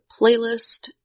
Playlist